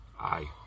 aye